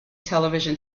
television